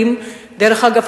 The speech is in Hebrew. דרך אגב,